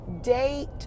date